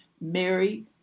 Mary